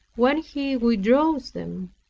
when he withdraws them.